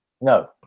No